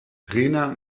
rena